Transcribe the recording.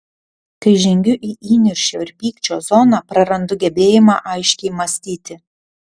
kai žengiu į įniršio ir pykčio zoną prarandu gebėjimą aiškiai mąstyti